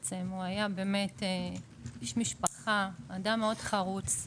הוא היה איש משפחה, אדם מאוד חרוץ,